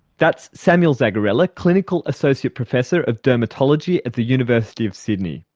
that's samuel zagarella, clinical associate professor of dermatology at the university of sydney.